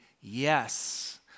yes